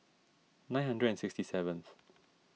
nine hundred and sixty seventh